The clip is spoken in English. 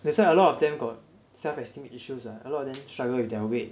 that's why a lot of them got self esteem issues [what] a lot of them struggle with their weight